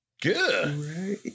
Good